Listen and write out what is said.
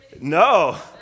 No